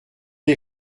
les